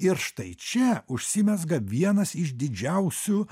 ir štai čia užsimezga vienas iš didžiausių